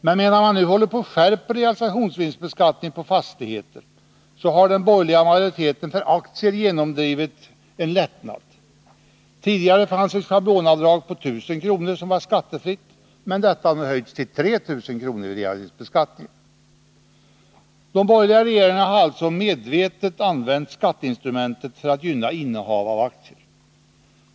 Men medan man nu håller på och skärper realisationsvinstbeskattningen på fastigheter har den borgerliga majoriteten genomdrivit en lättnad för aktierna. Tidigare fanns ett schablonavdrag på 1 000 kr. som var skattefritt, men detta har nu höjts till 3 000 kr. i fråga om realisationsvinstbeskattningen. De borgerliga regeringarna har alltså medvetet använt skatteinstrumentet för att gynna innehav av aktier.